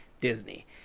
Disney